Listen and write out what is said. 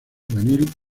juvenil